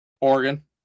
Oregon